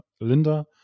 Linda